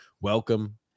welcome